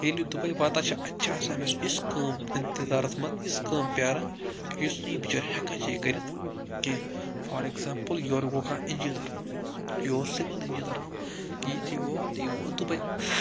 ییٚلہِ دُبے واتان چھِ اَتہِ چھِ آسان أمِس یِژھ کٲم اِنتِظارَس منٛز یِژھ کٲم پرٛاران یُس نہٕ یہِ بِچٲرۍ ہٮ۪کان چھُ یہِ کٔرِتھ کیٚنٛہہ فار ایٚگزامپُل یورٕ گوٚو کانٛہہ اِنجیٖنَر یہِ اوس سِوَل اِنجیٖنَر یِتھی یہِ ووت یہِ ووت دُبے